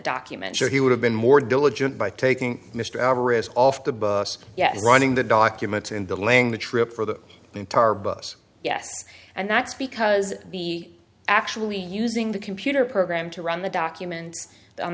documents or he would have been more diligent by taking mr alvarez off the bus yet running the documents in the laying the trip for the entire bus yes and that's because the actually using the computer program to run the documents on